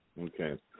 Okay